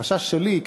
החשש שלי,